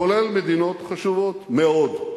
כולל מדינות חשובות מאוד,